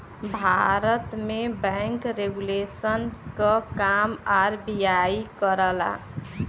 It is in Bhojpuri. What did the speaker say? भारत में बैंक रेगुलेशन क काम आर.बी.आई करला